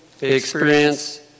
Experience